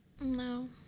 No